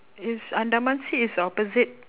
it's andaman sea is opposite